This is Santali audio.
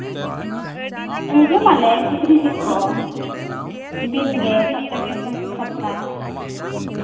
ᱡᱚᱢ ᱟᱞᱮ ᱥᱩᱠᱨᱤ ᱡᱤᱞ ᱠᱚ ᱫᱤᱱᱜᱮ ᱥᱚᱯᱛᱟᱠᱮ ᱥᱚᱯᱛᱟ